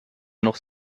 noch